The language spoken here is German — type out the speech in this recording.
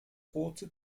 rote